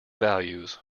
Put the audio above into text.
values